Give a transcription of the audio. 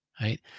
right